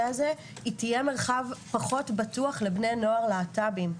הזה תהיה מרחב פחות בטוח לבני נוער להט"בים.